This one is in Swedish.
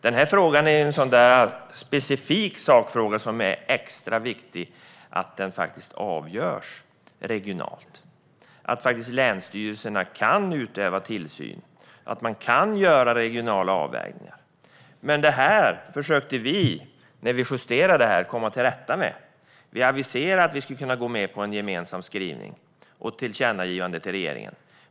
Detta är en sådan specifik sakfråga som det är extra viktigt att avgöra regionalt så att länsstyrelserna faktiskt kan utöva tillsyn och göra regionala avvägningar. När vi justerade försökte vi komma till rätta med detta. Vi aviserade att vi skulle kunna gå med på en gemensam skrivning och ett tillkännagivande till regeringen.